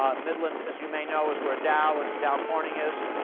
um midland, as you may know, is where dow and dow corning is,